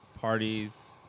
parties